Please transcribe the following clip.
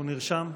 הוא נרשם?